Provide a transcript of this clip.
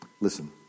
Listen